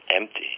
empty